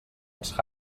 als